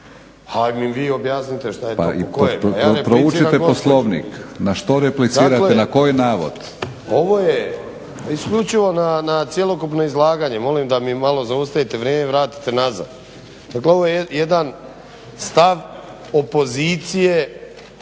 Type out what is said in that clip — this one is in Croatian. Haj mi vi objasnite šta je to? …/Upadica Batinić: Pa proučite Poslovnik. Na što replicirate? Na koji navod?/… Dakle, ovo je isključivo na cjelokupno izlaganje. Molim da mi malo zaustavite vrijeme vratite nazad. Dakle, ovo je jedan stav opozicije